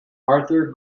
arthur